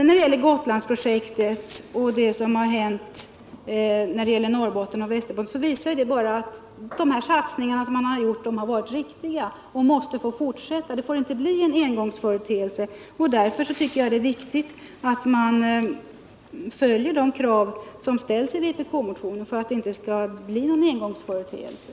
När det gäller Gotlandsprojektet och det som hänt i Norrbotten och Västerbotten visar det bara att dessa satsningar varit riktiga och måste få fortsätta. Det får inte bli en engångsföreteelse. Därför tycker jag det är viktigt att följa de krav som ställs i vpk-motionen, just för att detta inte skall bli en engångsföreteelse.